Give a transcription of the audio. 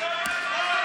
לא נכון.